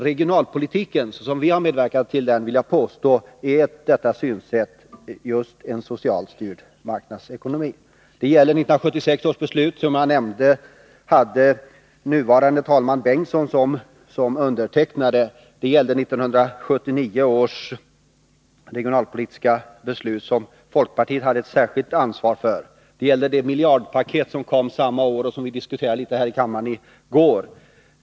Regionalpolitiken, såsom vi har medverkat till den, vill jag påstå är enligt detta synsätt just en socialt styrd marknadsekonomi. Det gällde 1976 års regionalpolitiska beslut, som hade den nuvarande talmannen Ingemund Bengtsson som undertecknare. Det gällde 1979 års regionalpolitiska beslut, som folkpartiet hade ett särskilt ansvar för. Det gällde det miljardpaket som kom samma år och som vi något diskuterade här i kammaren i går.